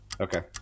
Okay